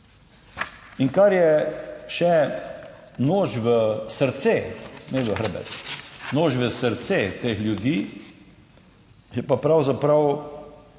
In kar je še nož v srce, ne v hrbet, nož v srce teh ljudi, je pa pravzaprav